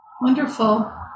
Wonderful